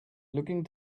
looking